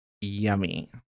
yummy